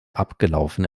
abgelaufene